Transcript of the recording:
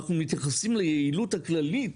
אנחנו מתייחסים ליעילות הכללית